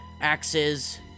axes